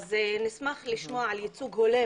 נשמח לשמוע על ייצוג הולם